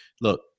look